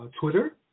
Twitter